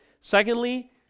Secondly